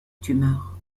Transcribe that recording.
tumeur